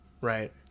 Right